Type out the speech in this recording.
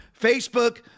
Facebook